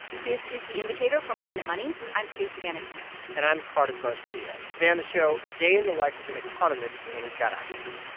this is the indicator from planet money. i'm stacey vanek smith and i'm cardiff garcia. today on the show, a day in the life of an economist in caracas